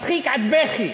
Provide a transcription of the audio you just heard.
מצחיק עד בכי,